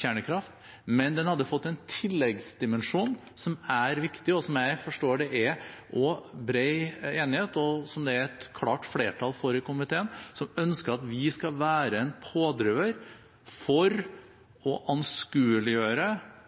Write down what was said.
kjernekraft. Men den hadde fått en tilleggsdimensjon som er viktig, og som jeg forstår det også er bred enighet om, som det er et klart flertall for i komiteen, som ønsker at vi skal være en pådriver for å anskueliggjøre